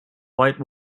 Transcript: white